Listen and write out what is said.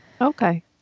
Okay